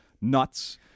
nuts